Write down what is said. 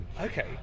Okay